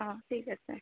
অঁ ঠিক আছে